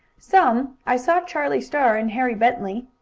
some. i saw charlie star and harry bentley,